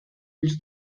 els